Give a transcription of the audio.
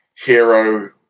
hero